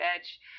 edge